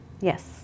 Yes